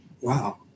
Wow